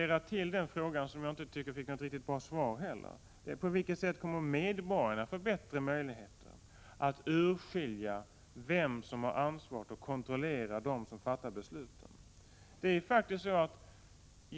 Till den frågan, som jag inte tycker fick något bra svar, skulle jag vilja addera ytterligare en fråga: På vilket sätt kommer medborgarna att få bättre möjligheter att urskilja vem som har ansvaret och kontrollera dem som fattar besluten?